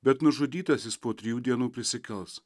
bet nužudytasis po trijų dienų prisikels